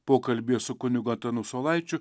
pokalbyje su kunigu antanu saulaičiu